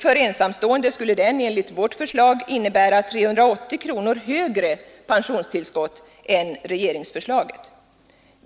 För ensamstående skulle den enligt vårt förslag innebära 380 kronor högre pensionstillskott än regeringsförslaget.